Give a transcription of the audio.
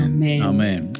Amen